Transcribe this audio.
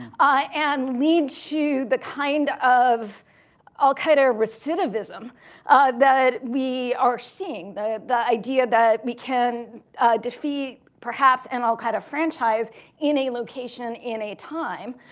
and lead to the kind of al-qaida recidivism that we are seeing. the the idea that we can defeat perhaps an al-qaida franchise in a location in a time,